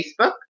Facebook